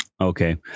Okay